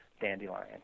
dandelion